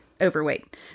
overweight